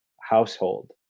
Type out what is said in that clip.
household